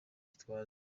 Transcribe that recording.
gitwaza